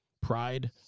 pride